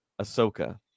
Ahsoka